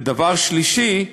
והדבר השלישי,